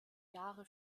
jahre